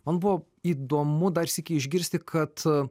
man buvo įdomu dar sykį išgirsti kad